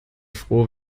froh